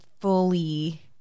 fully